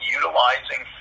utilizing